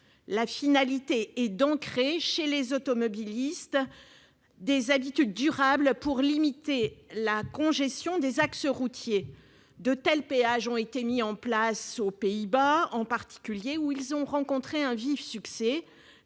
Sa finalité serait d'ancrer chez les automobilistes des habitudes durables pour limiter la congestion des axes routiers. De tels péages ont été mis en place aux Pays-Bas, en particulier, où ils ont rencontré un vif succès.